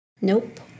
Nope